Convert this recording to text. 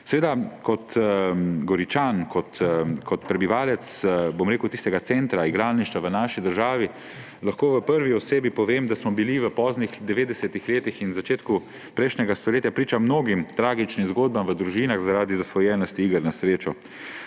vogalu. Kot Goričan, kot prebivalec tistega centra igralništva v naši državi lahko v prvi osebi povem, da smo bili v poznih 90. letih in v začetku prejšnjega stoletja priča mnogim tragičnim zgodbam v družinah zaradi zasvojenosti z igrami na srečo.